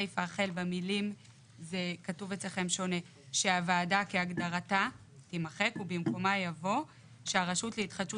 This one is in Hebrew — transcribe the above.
הסיפה החל במילים "שהוועדה כהגדרתה" תימחק ובמקומה יבוא: "שהרשות להתחדשות